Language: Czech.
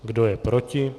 Kdo je proti?